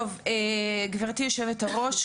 גברתי יושבת-הראש,